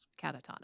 catatonic